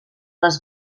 les